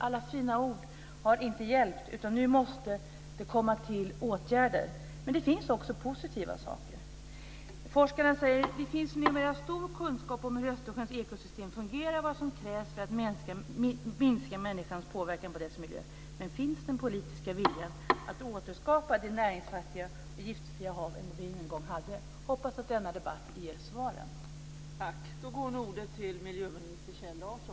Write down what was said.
Alla fina ord har inte hjälpt, utan nu måste det komma till åtgärder. Men det finns också positiva saker. Forskarna säger att det numera finns stor kunskap om hur Östersjöns ekosystem fungerar och vad som krävs för att minska människans påverkan på dess miljö. Men finns den politiska viljan att återskapa det näringsfattiga och giftfria hav vi en gång hade? Hoppas att denna debatt ger svaren.